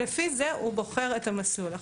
לפי זה הוא בוחר את המסלול.